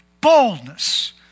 boldness